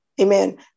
Amen